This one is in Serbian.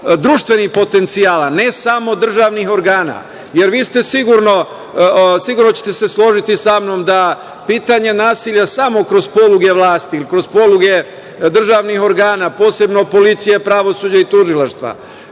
društvenih potencijala, ne samo državnih organa. Jer, sigurno, vi će te se složiti sa mnom da pitanje nasilja samo kroz poluge vlasti i kroz poluge državnih organa, posebno policije, pravosuđa i tužilaštva